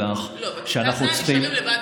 לא, בכיתה ז' נשאיר אותם לבד בבית.